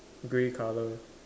grey color